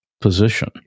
position